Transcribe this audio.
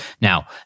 Now